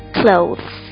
clothes